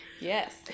Yes